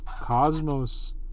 cosmos